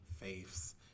faiths